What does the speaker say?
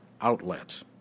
outlet